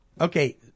Okay